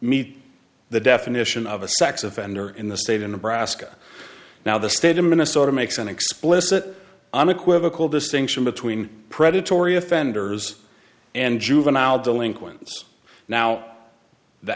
meet the definition of a sex offender in the state in nebraska now the state of minnesota makes an explicit unequivocal distinction between predatory offenders and juvenile delinquents now the